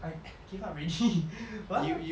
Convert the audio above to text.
I give up already [what]